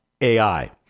AI